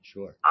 Sure